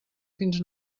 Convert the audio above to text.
fins